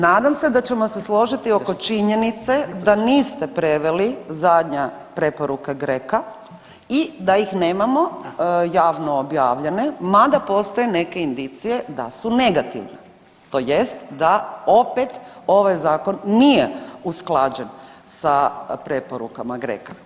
Nadam se da ćemo se složiti oko činjenice da niste preveli zadnje preporuke GRECO-a i da ih nemamo javno objavljene mada postoje neke indicije da su negativne, tj. da opet ovaj zakon nije usklađen sa preporukama GRECO-a.